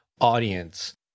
audience